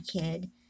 kid